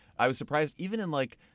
i was surprised, even in like,